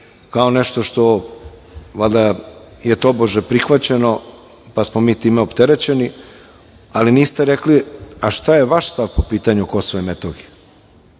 kao nešto što je valjda tobože prihvaćeno, pa smo mi time opterećeni, ali niste rekli šta je vaš stav po pitanju KiM. Negativno